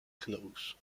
close